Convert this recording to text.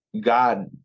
God